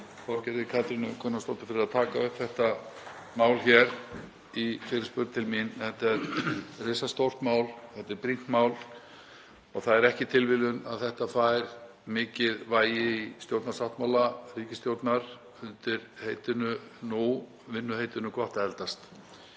það er ekki tilviljun að þetta fær mikið vægi í stjórnarsáttmála ríkisstjórnar undir vinnuheitinu Gott að eldast.